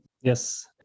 yes